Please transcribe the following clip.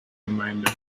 gemeinde